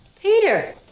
Peter